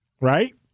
Right